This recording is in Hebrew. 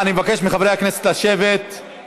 הוא גם הודה לך אישית, רוברט אילטוב.